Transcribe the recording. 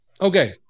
okay